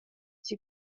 iki